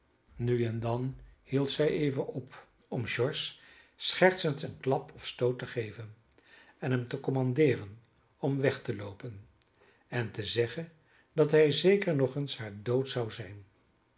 nu en dan hield zij even op om george schertsend een klap of stoot te geven en hem te commandeeren om weg te loopen en te zeggen dat hij zeker nog eens haar dood zou zijn